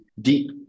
deep